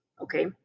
okay